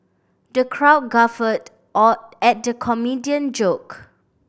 the crowd guffawed or at the comedian joke